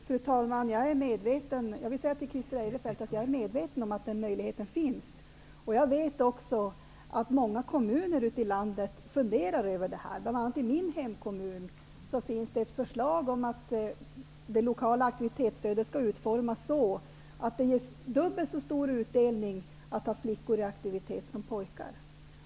Fru talman! Jag vill säga till Christer Eirefelt att jag är medveten om att den möjligheten finns. Jag vet också att många kommuner ute i landet funderar över det här. I min hemkommun finns det t.ex. ett förslag om att det lokala aktivitetsstödet skall utformas så, att det ger dubbelt så stor utdelning att ha flickor i aktivitet som pojkar.